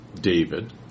David